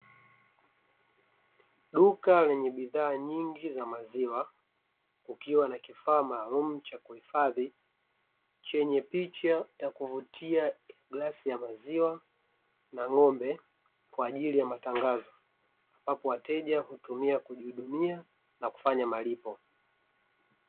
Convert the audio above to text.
Duka lenye bidhaa nyingi za maziwa, kukiwa na kifaa maalum cha kuhifadhi chenye picha ya kuvutia glasi ya maziwa na ngombe kwa ajili ya matangazo ambapo wateja hutumia kujihudumia na kufanya malipo.